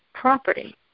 property